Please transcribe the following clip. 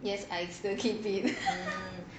yes I still keep it